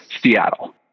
Seattle